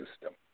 system